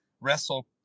wrestle